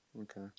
Okay